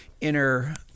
inner